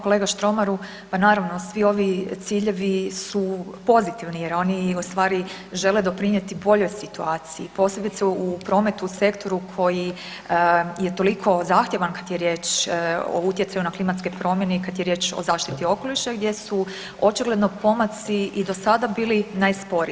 Kolega Štromaru, pa naravno svi ovi ciljevi su pozitivni jer oni u stvari žele doprinjeti boljoj situaciji, posebice u prometu u sektoru koji je toliko zahtjevan kad je riječ o utjecaju na klimatske promjene i kad je riječ o zaštiti okoliša gdje su očigledno pomaci i do sada bili najsporiji.